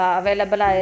available